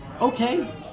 okay